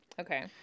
Okay